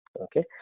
okay